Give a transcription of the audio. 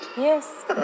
Yes